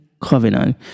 covenant